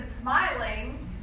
smiling